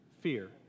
Fear